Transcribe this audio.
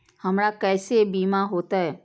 हमरा केसे बीमा होते?